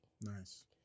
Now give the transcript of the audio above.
Nice